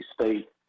state